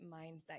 mindset